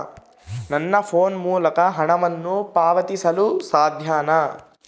ನನ್ನ ಫೋನ್ ಮೂಲಕ ಹಣವನ್ನು ಪಾವತಿಸಲು ಸಾಧ್ಯನಾ?